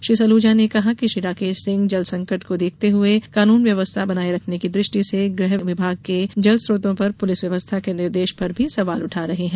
श्री सलूजा ने कहा कि श्री राकेश सिंह जलसंकट को देखते हुए कानून व्यवस्था बनाए रखने की दृष्टि से गृह विभाग के जल स्रोतों पर पुलिस व्यवस्था के निर्देश पर भी सवाल उठा रहे हैं